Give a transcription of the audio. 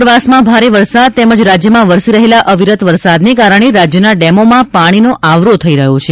ઉપરવાસમાં ભારે વરસાદ તેમજ રાજ્યમાં વરસી રહેલા અવિરત વરસાદને કારણે રાજ્યના ડેમોમાં પાણીનો આવરો થઈ રહ્યો છે